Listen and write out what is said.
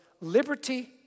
liberty